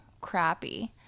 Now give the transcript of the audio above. crappy